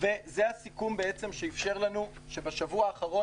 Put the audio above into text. זה הסיכום שאפשר לנו שבשבוע האחרון